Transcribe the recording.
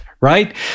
Right